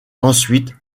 ensuite